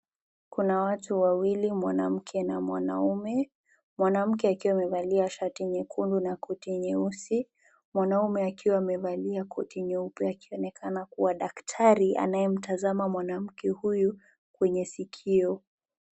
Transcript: Kuna watu wawili, mwanamke na mwanaume. Mwanamke akiwa amevalia shati nyekundu na koti nyeusi. Mwanaume akiwa amevalia koti nyeupe na kuonekana kuwa daktari anayemtazama mwanamke huyu kwenye sikio.